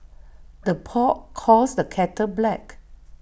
the pot calls the kettle black